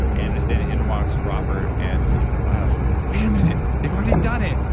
and then, in walks robert and the team from bios, i'm like, wait a minute, they've already done it.